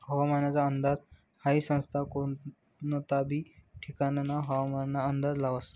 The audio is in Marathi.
हवामानना अंदाज हाई संस्था कोनता बी ठिकानना हवामानना अंदाज लावस